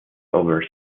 over